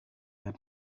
had